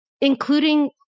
including